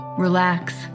relax